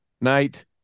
night